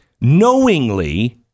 knowingly